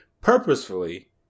purposefully